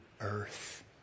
earth